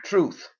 Truth